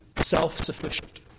self-sufficient